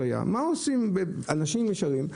עושים אנשים ישרים?